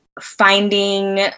finding